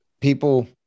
people